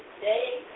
day